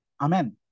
Amen